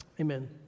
amen